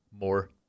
more